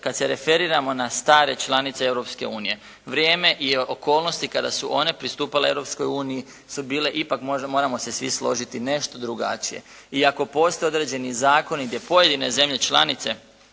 kad se referiramo na stare članice Europske unije vrijeme i okolnosti kada su one pristupale Europskoj uniji su bile ipak moramo se svi složiti nešto drugačije. I ako postoje određeni zakoni gdje pojedine zemlje članice